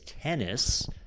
tennis